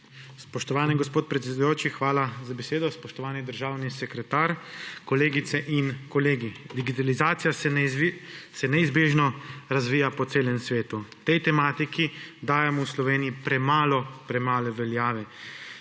Spoštovani gospod predsedujoči, hvala za besedo. Spoštovani državni sekretar, kolegice in kolegi! Digitalizacija se neizbežno razvija po celem svetu. Tej tematiki dajemo v Sloveniji premalo, premalo veljave.